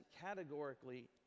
categorically